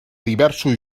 diversos